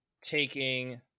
taking